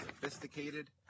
sophisticated